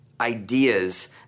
ideas